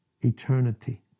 eternity